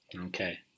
Okay